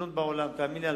קשה.